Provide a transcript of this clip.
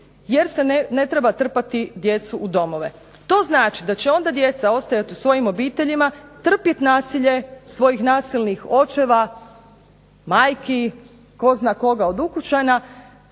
jer se ne treba trpati djecu u domove. To znači da će onda djeca ostajati u svojim obiteljima, trpjeti nasilje svojih nasilnih očeva, majki tko zna koga od ukućana,